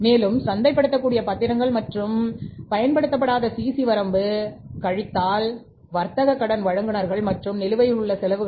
மேலும் சந்தைப்படுத்தக்கூடிய பத்திரங்கள் மற்றும் பயன்படுத்தப்படாத சிசி வரம்பு கழித்தல் வர்த்தக கடன் வழங்குநர்கள் மற்றும் நிலுவையில் உள்ள செலவுகள்